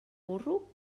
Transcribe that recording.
burro